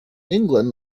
england